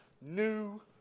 new